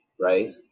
right